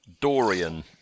Dorian